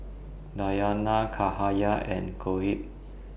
Dayana Cahaya and Shoaib